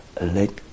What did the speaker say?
let